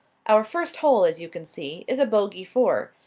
our first hole, as you can see, is a bogey four,